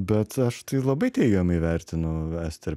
bet aš tai labai teigiamai vertinu ester